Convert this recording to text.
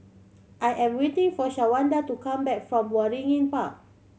I am waiting for Shawanda to come back from Waringin Park